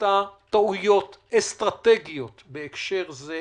עשתה טעויות אסטרטגיות בהקשר זה,